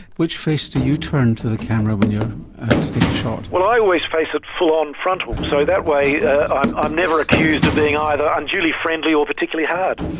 which face do you turn to the camera when you are asked to take a shot? well, i always face it full-on frontal, so that way i'm um never accused of being either unduly friendly or particularly hard.